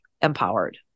empowered